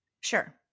Sure